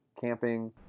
camping